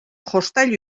jostailu